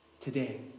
today